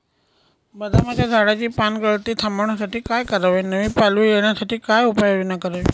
बदामाच्या झाडाची पानगळती थांबवण्यासाठी काय करावे? नवी पालवी येण्यासाठी काय उपाययोजना करावी?